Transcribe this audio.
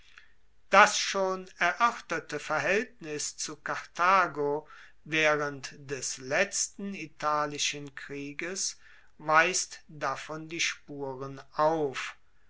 das schon eroerterte verhaeltnis zu karthago waehrend des letzten italischen krieges weist davon die spuren auf